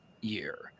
year